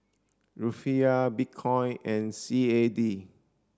Rufiyaa Bitcoin and C A D